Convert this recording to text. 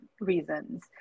reasons